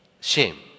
shame